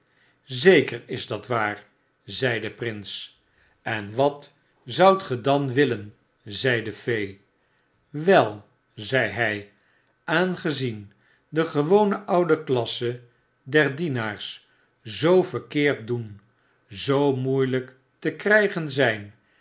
zeker is dat waar zei de prins en wat zoudt ge dan willen zei de fee wel zei hy aangezien de gewone oude klasse der dienaars zoo verkeerd doen zoo moeilyk te krijgen zyn